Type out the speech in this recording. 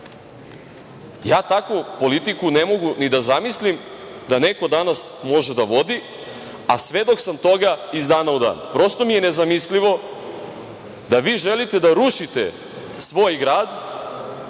Takvu politiku ne mogu ni da zamislim da neko danas može da vodi, a svedok sam toga iz dana u dan. Prosto mi je nezamislivo da vi želite da rušite svoj grad